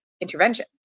intervention